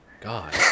God